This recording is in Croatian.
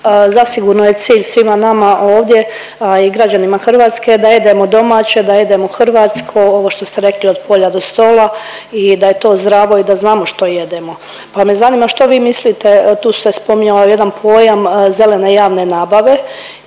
Zasigurno je cilj svima nama ovdje i građanima Hrvatske da jedemo domaće, da jedemo hrvatsko, ovo što ste rekli od polja do stola i da je to zdravo i da znamo što jedemo, pa me zanima što vi mislite, tu se spominjao jedan pojam zelene javne nabave